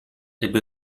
ebbe